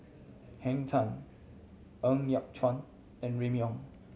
Henn Tan Ng Yat Chuan and Remy Ong